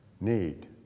need